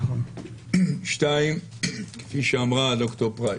דבר שני, כפי שאמרה ד"ר פרייס,